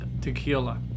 Tequila